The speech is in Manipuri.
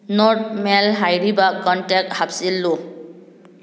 ꯅꯣꯔꯠ ꯃꯦꯜ ꯍꯥꯏꯔꯤꯕ ꯀꯣꯟꯇꯦꯛ ꯍꯥꯞꯆꯤꯜꯂꯨ